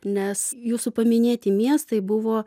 nes jūsų paminėti miestai buvo